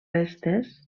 restes